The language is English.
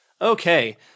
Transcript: Okay